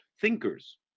thinkers